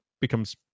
becomes